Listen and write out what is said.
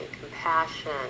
compassion